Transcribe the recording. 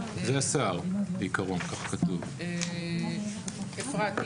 אני מתארת לעצמי שאם נבנה את המערכת ככה שהיא קובעת את זה בנפרד,